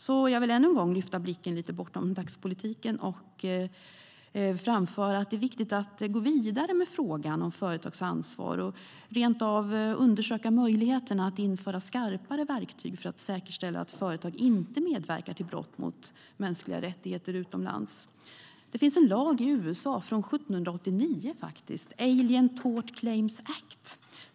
Jag vill därför än en gång lyfta blicken lite bortom dagspolitiken och framföra att det är viktigt att gå vidare med frågan om företags ansvar och rent av undersöka möjligheterna att införa skarpare verktyg för att säkerställa att företag inte medverkar till brott mot mänskliga rättigheter utomlands. Det finns en lag i USA, faktiskt från 1789, som heter Alien Tort Claims Act.